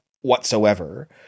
whatsoever